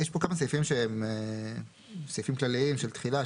יש פה כמה סעיפים שהם סעיפים כלליים של תחילה,